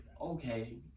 okay